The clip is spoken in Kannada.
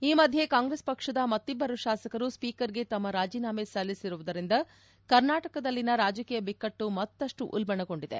ಈ ಮಧ್ಯೆ ಕಾಂಗೈಸ್ ಕಪಕ್ಷದ ಮತ್ತಿಬ್ಬರು ಶಾಸಕರು ಸ್ಸೀಕರ್ಗೆ ತಮ್ಮ ರಾಜೀನಾಮೆ ಸಲ್ಲಿಸಿರುವುದರಿಂದ ಕರ್ನಾಟಕದಲ್ಲಿನ ರಾಜಕೀಯ ಬಿಕ್ಕಟ್ಟು ಮತ್ತಷ್ಟು ಉಲ್ಪಣಗೊಂಡಿದೆ